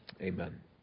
Amen